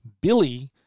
Billy